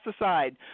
aside